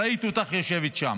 ראיתי אותך יושבת שם.